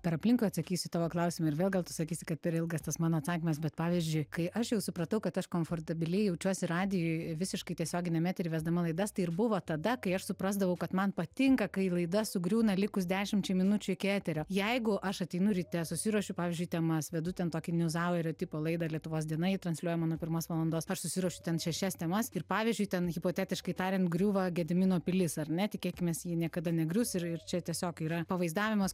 per aplinkui atsakysiu į tavo klausimą ir vėl gal tu sakysi kad per ilgas tas mano atsakymas bet pavyzdžiui kai aš jau supratau kad aš komfortabiliai jaučiuosi radijuj visiškai tiesioginiam etery vesdama laidas tai ir buvo tada kai aš suprasdavau kad man patinka kai laida sugriūna likus dešimčiai minučių iki eterio jeigu aš ateinu ryte susiruošiu pavyzdžiui temas vedu ten tokią niu zauerio tipo laidą lietuvos diena ji transliuojama nuo pirmos valandos aš susiruošiu ten šešias temas ir pavyzdžiui ten hipotetiškai tariant griūva gedimino pilis ar ne tikėkimės ji niekada negrius ir ir čia tiesiog yra pavaizdavimas